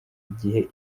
igihe